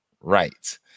right